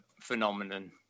phenomenon